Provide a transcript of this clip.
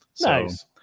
nice